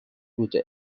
بوده